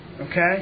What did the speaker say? Okay